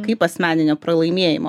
kaip asmeninio pralaimėjimo